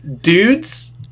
dudes